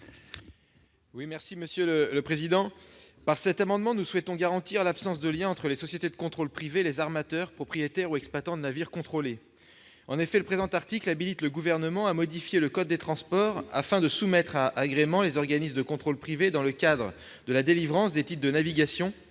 Guillaume Gontard. Par cet amendement, nous souhaitons garantir l'absence de lien entre les sociétés de contrôle privées et les armateurs, propriétaires ou exploitants du navire contrôlé. En effet, le présent article habilite le Gouvernement à modifier par ordonnances le code des transports afin de soumettre à agrément les organismes de contrôle privés, dans le cadre de la délivrance des titres de navigation,